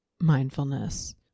mindfulness